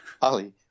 Ali